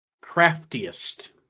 Craftiest